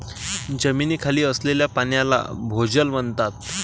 जमिनीखाली असलेल्या पाण्याला भोजल म्हणतात